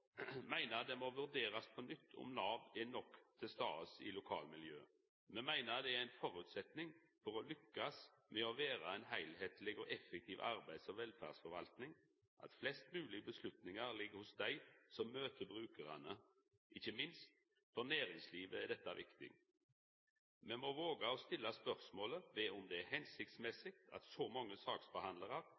vurderast på nytt om Nav er nok til stades i lokalmiljøet. Me meiner det er ein føresetnad for å lykkast med å vera ei heilskapleg og effektiv arbeids- og velferdsforvaltning at flest moglege avgjerder ligg hos dei som møter brukarane. Ikkje minst for næringslivet er dette viktig. Me må våga å stilla spørsmål ved om det er hensiktsmessig at så mange saksbehandlarar